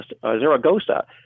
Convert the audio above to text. Zaragoza